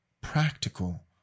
practical